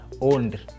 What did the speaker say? owned